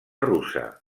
russa